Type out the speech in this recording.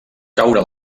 caure